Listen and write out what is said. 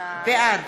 בעד